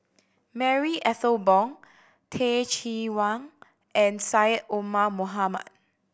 Marie Ethel Bong Teh Cheang Wan and Syed Omar Mohamed